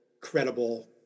credible